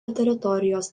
teritorijos